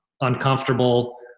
uncomfortable